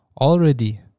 already